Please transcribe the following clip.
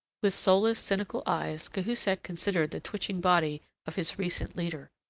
with soulless, cynical eyes cahusac considered the twitching body of his recent leader.